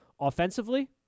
offensively